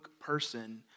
person